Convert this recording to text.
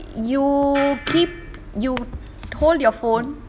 you keep you hold your phone